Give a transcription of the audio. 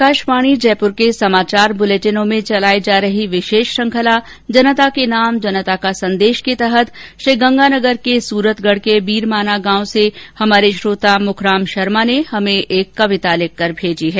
आकाशवाणी जयपुर के समाचार बुलेटिनों में चलाई जा रही विशेष श्रृखला जनता के नाम जनता का संदेश के तहत श्रीगंगानगर के सूरतगढ़ के बीरमाना गांव से हमारे श्रोता मुखराम शर्मा ने हमें एक कविता लिखकर भेजी है